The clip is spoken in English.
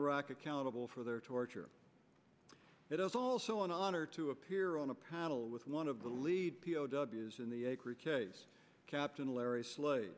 iraq accountable for their torture it is also an honor to appear on a panel with one of the lead p o w s in the case captain larry slade